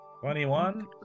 Twenty-one